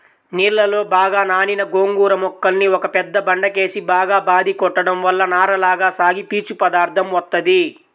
నీళ్ళలో బాగా నానిన గోంగూర మొక్కల్ని ఒక పెద్ద బండకేసి బాగా బాది కొట్టడం వల్ల నారలగా సాగి పీచు పదార్దం వత్తది